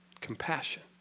Compassion